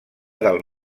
del